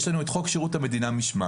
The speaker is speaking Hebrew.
יש לנו את חוק שירות המדינה משמעת.